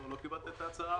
אתה לא קיבלת את ההצעה.